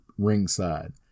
ringside